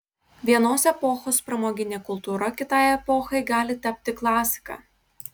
vienos epochos pramoginė kultūra kitai epochai gali tapti klasika